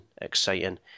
exciting